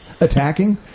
attacking